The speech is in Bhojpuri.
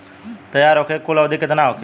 तैयार होखे के कुल अवधि केतना होखे?